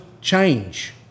change